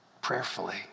prayerfully